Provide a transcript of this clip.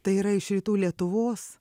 tai yra iš rytų lietuvos